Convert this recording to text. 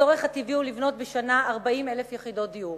הצורך הטבעי הוא ב-40,000 יחידות דיור